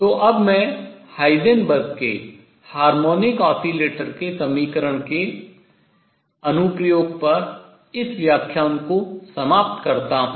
तो अब मैं हाइजेनबर्ग के हार्मोनिक ऑसिलेटर के समीकरण के अनुप्रयोग पर इस व्याख्यान को समाप्त करता हूँ